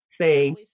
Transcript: say